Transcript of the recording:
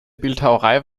bildhauerei